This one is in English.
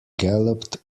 galloped